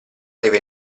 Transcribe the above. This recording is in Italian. deve